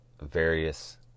various